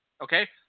Okay